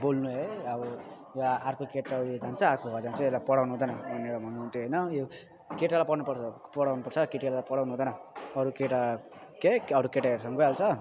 बोल्नु हो अब अर्को केटा उयो जान्छ अर्कोको घर जान्छ यसलाई पढाउनु हुँदैन भनेर भन्नुहुन्थ्यो होइन यो केटालाई पढ्नु पढाउनुपर्छ केटीहरूलाई पढाउनुहुँदैन अरू केटा एई अरू केटाहरूसँग गइहाल्छ